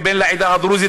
כבן לעדה הדרוזית,